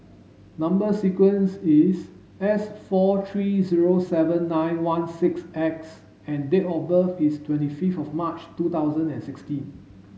number sequence is S four three zero seven nine one six X and date of birth is twenty fifth of March two thousand and sixteen